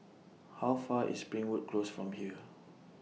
How Far IS Springwood Close from here